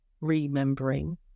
remembering